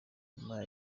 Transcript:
nyuma